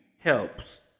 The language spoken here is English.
helps